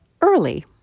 early